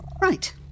Right